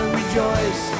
rejoice